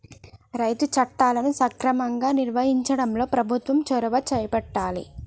రైతు చట్టాలను సమగ్రంగా నిర్వహించడంలో ప్రభుత్వం చొరవ చేపట్టాలె